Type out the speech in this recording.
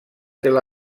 tel